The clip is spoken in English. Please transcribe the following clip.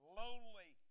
lonely